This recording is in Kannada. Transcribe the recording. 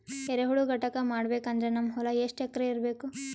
ಎರೆಹುಳ ಘಟಕ ಮಾಡಬೇಕಂದ್ರೆ ನಮ್ಮ ಹೊಲ ಎಷ್ಟು ಎಕರ್ ಇರಬೇಕು?